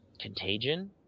Contagion